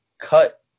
cut